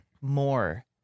more